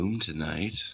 tonight